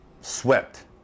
swept